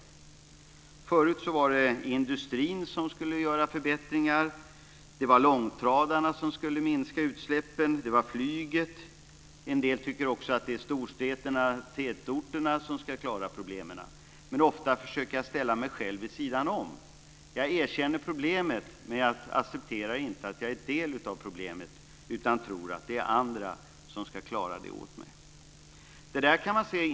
Förut var det industrin som skulle göra förbättringar. Det var långtradarna som skulle minska utsläppen. Det var flyget. En del tycker att det är storstäderna och tätorterna som ska klara problemen. Ofta försöker man dock ställa sig själv vid sidan om: Jag erkänner problemet, men erkänner inte att jag är en del av det utan tror att det är andra som ska klara det åt mig. Det där kan man se exempel på.